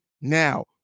now